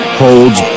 holds